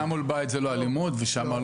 הפגנה מול בית זאת לא אלימות ושם לא